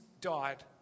died